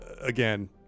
again